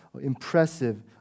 Impressive